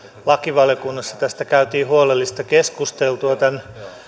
lakivaliokunnassa käytiin huolellista keskustelua tämän